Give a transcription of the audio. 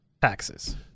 taxes